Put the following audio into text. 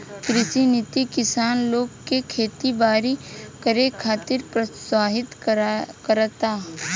कृषि नीति किसान लोग के खेती बारी करे खातिर प्रोत्साहित करता